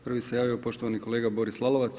Prvi se javio poštovani kolega Boris Lalovac.